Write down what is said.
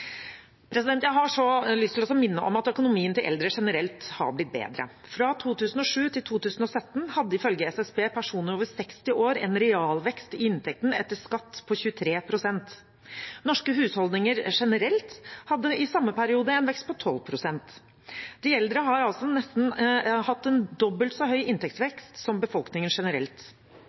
Jeg har så lyst til å minne om at økonomien til eldre generelt har blitt bedre. Fra 2007 til 2017 hadde ifølge SSB personer over 60 år en realvekst i inntekten etter skatt på 23 pst. Norske husholdninger generelt hadde i samme periode en vekst på 12 pst. De eldre har altså hatt nesten dobbelt så høy inntektsvekst som befolkningen generelt.